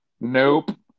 nope